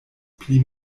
pli